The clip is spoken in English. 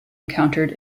encountered